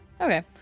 Okay